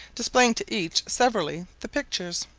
displaying to each severally the pictures.